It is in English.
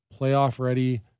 playoff-ready